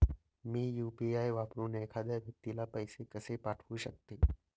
मी UPI वापरून एखाद्या व्यक्तीला पैसे कसे पाठवू शकते?